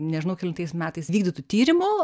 nežinau kelintais metais vykdytu tyrimu